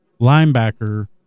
linebacker